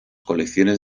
colecciones